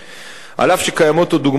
אף שקיימות עוד דוגמאות רבות,